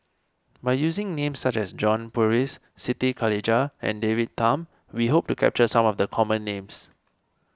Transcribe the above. by using names such as John Purvis Siti Khalijah and David Tham we hope to capture some of the common names